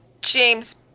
James